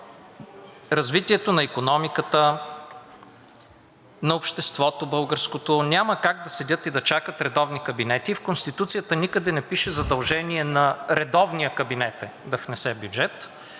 развитието на икономиката, на българското общество, няма как да седят и да чакат редовни кабинети. В Конституцията никъде не пише, че задължение на редовния кабинет е да внесе бюджет,